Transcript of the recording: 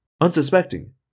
unsuspecting